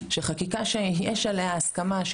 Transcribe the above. שחקיקה שיש עלייה הסכמה,